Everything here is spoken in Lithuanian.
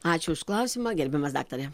ačiū už klausimą gerbiamas daktare